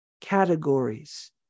categories